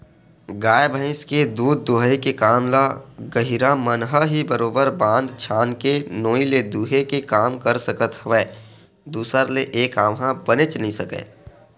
गाय भइस के दूद दूहई के काम ल गहिरा मन ह ही बरोबर बांध छांद के नोई ले दूहे के काम कर सकत हवय दूसर ले ऐ काम ह बने नइ बनय